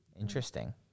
interesting